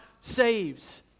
saves